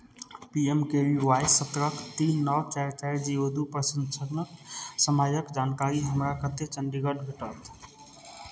पी M K V Y सत्रक तीन नओ चारि चारि जीरो दू प्रशिक्षणक समयक जानकारी हमरा कतय चण्डीगढ़ भेटत